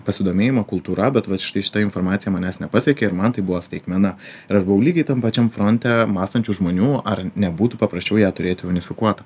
pasidomėjimą kultūra bet vat štai šita informacija manęs nepasiekė ir man tai buvo staigmena ir aš buvau lygiai tam pačiam fronte mąstančių žmonių ar nebūtų paprasčiau ją turėti unifikuotą